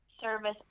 service